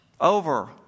over